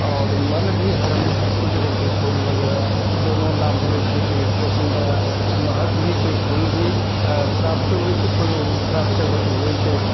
आओर मन भी हर हमेशा शुद्ध रहै छै फूल वगैरह दुनू लाभ होइ छै एक तऽ सुन्दर आओर महक भी छै फूल भी प्राप्त होइ छै फूल प्राप्त होबै छै तऽ